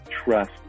trust